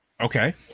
Okay